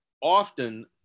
often